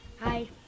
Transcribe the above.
Hi